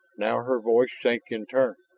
now her voice sank in turn.